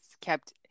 kept